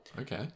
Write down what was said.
okay